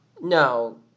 No